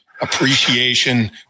appreciation